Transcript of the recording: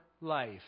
life